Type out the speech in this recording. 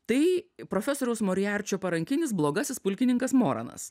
tai profesoriaus moriarčio parankinis blogasis pulkininkas moranas